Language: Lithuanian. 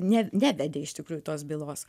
ne nevedė iš tikrųjų tos bylos